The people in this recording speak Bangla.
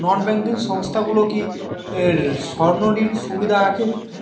নন ব্যাঙ্কিং সংস্থাগুলো কি স্বর্ণঋণের সুবিধা রাখে?